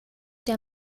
der